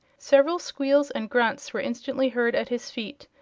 several squeals and grunts were instantly heard at his feet,